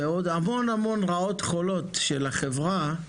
ועוד המון רעות חולות של החברה,